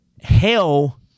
Hell